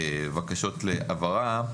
בקשות להבהרה.